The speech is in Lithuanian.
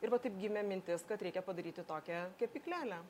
ir va taip gimė mintis kad reikia padaryti tokią kepyklėlę